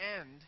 end